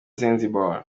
zanzibar